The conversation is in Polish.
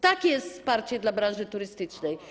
Takie jest wsparcie dla branży turystycznej.